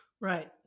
Right